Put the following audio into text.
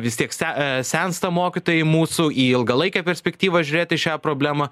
vis tiek sen e sensta mokytojai į mūsų į ilgalaikę perspektyvą žiūrėti į šią problemą